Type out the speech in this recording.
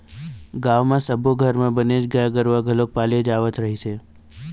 गाँव म सब्बो घर म बनेच गाय गरूवा घलोक पाले जावत रहिस हे